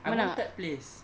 I won third place